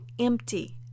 empty